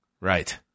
right